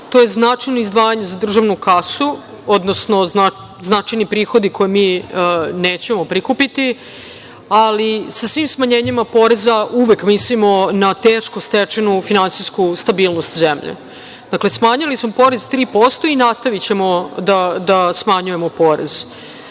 to je značajno izdvajanje za državnu kasu, odnosno značajni prihodi koje mi nećemo prikupiti, ali sa svim smanjenjima poreza uvek mislimo na teško stečenu finansijsku stabilnost zemlje. Dakle, smanjili smo porez 3% i nastavićemo da smanjujemo